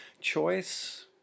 choice